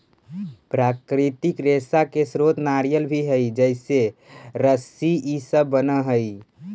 प्राकृतिक रेशा के स्रोत नारियल भी हई जेसे रस्सी इ सब बनऽ हई